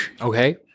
okay